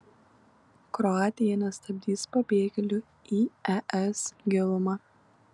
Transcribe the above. kroatija nestabdys pabėgėlių į es gilumą